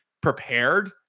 prepared